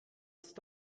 ist